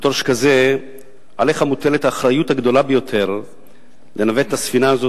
ובתור שכזה עליך מוטלת האחריות הגדולה ביותר לנווט את הספינה הזאת,